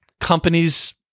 companies